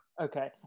okay